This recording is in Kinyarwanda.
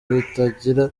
batagira